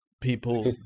people